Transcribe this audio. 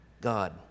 god